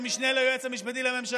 עם סטנדרטים גבוהים יותר,